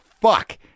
fuck